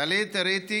תעלה את הרייטינג